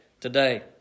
today